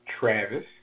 Travis